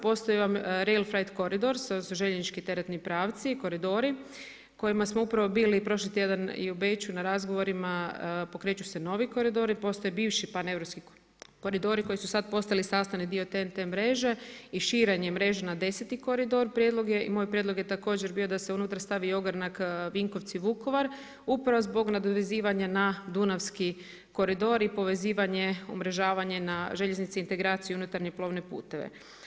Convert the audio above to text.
Postoje vam … to su željeznički teretni pravci, koridori, kojima smo upravo bili i prošli tjedan i u Beču, na razgovorima, pokreću se novi koridori, postoje bivši paneuropski koridori koji su sad postali sastavni dio TNT mreže i širenje mreže na 10 koridor, prijedlog je i moj prijedlog je također bio da se unutra stavi ogranak Vinkovci-Vukovar, upravo zbog nadovezivanja na dunavski koridor i povezivanje, umrežavanje, željeznici integraciji unutarnje plovne puteve.